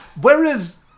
Whereas